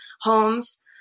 homes